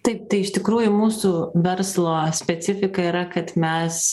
taip tai iš tikrųjų mūsų verslo specifika yra kad mes